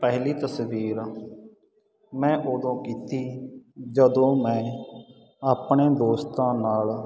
ਪਹਿਲੀ ਤਸਵੀਰ ਮੈਂ ਉਦੋਂ ਕੀਤੀ ਜਦੋਂ ਮੈਂ ਆਪਣੇ ਦੋਸਤਾਂ ਨਾਲ